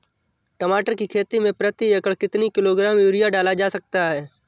टमाटर की खेती में प्रति एकड़ कितनी किलो ग्राम यूरिया डाला जा सकता है?